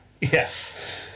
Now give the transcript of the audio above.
Yes